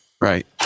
Right